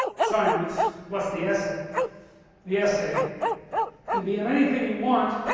assignments plus the essay the essay can be on anything you want